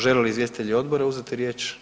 Žele li izvjestitelji odbora uzeti riječ?